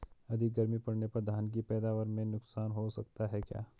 अधिक गर्मी पड़ने पर धान की पैदावार में नुकसान हो सकता है क्या?